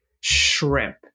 shrimp